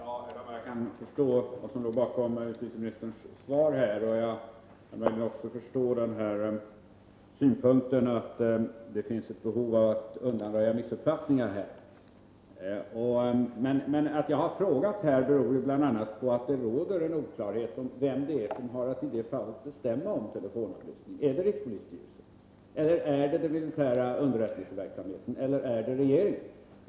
Herr talman! Jag kan förstå vad som låg bakom justitieministerns svar här. Jag kan möjligen också förstå synpunkten att det finns ett behov av att undanröja missuppfattningar. Men att jag har frågat beror bl.a. på att det råder oklarhet om vem det är som i det fall jag berörde har att bestämma om telefonavlyssning. Är det rikspolisstyrelsen? Är det den militära underrättelseverksamheten? Eller är det regeringen?